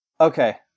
Okay